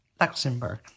Luxembourg